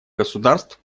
государств